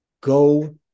go